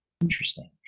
Interesting